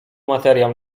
materiału